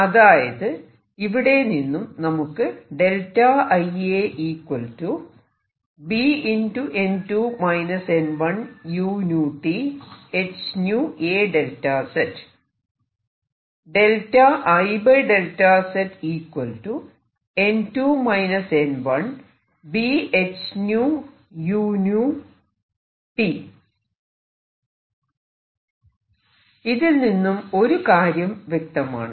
അതായത് ഇവിടെനിന്നും നമുക്ക് ഇതിൽ നിന്നും ഒരു കാര്യം വ്യക്തമാണ്